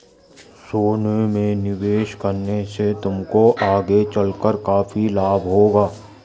सोने में निवेश करने से तुमको आगे चलकर काफी लाभ होगा